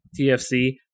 TFC